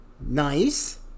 Nice